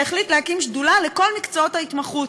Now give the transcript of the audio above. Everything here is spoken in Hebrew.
שהחליט להקים שדולה לכל מקצועות ההתמחות,